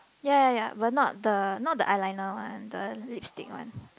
ya ya ya but not the not the eyeliner one the lipstick one